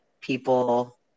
people